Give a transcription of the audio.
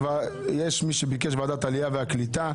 יש מי שביקש את ועדת העלייה והקליטה,